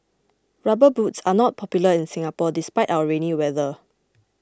rubber boots are not popular in Singapore despite our rainy weather